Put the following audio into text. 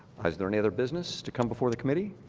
there any other business to come before the committee?